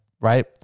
right